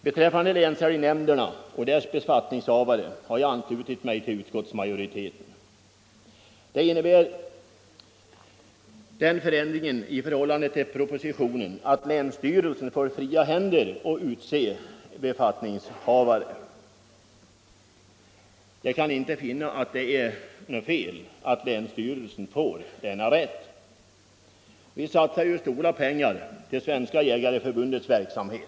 Beträffande länsälgnämnderna och deras befattningshavare har jag anslutit mig till utskottsmajoritetens förslag, som innebär den förändringen i förhållande till propositionen att länsstyrelserna skall ha fria händer att utse befattningshavarna. Jag kan inte finna det vara något fel att länsstyrelserna får denna rätt. Vi satsar stora pengar till Svenska jägareförbundets verksamhet.